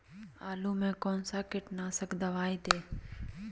आलू में कौन सा कीटनाशक दवाएं दे?